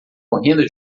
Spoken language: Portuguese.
morrendo